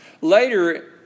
Later